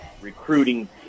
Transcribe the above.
recruiting